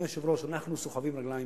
אדוני היושב-ראש, אנחנו סוחבים רגליים